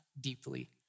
deeply